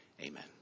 Amen